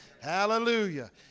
Hallelujah